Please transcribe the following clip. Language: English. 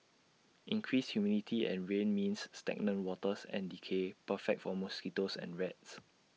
increased humidity and rain means stagnant waters and decay perfect for mosquitoes and rats